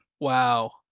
Wow